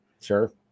Sure